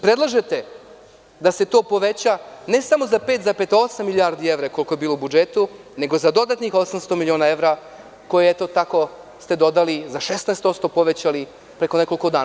Predlažete da se to poveća, ne samo za 5,8 milijardi evra, koliko je bilo u budžetu, nego za dodatnih 800 miliona evra, koje eto tako ste dodali, za 16% povećali pre nekoliko dana.